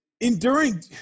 enduring